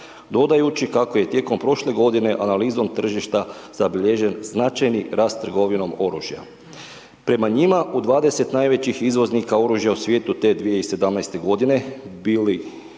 dodajući kako je tijekom prošle godine analizom tržišta zabilježen značajni rast trgovinom oružja. Prema njima u 20 najvećih izvoznika oružja u svijetu te 2017. godine bile